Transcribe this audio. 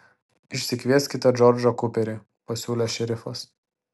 išsikvieskite džordžą kuperį pasiūlė šerifas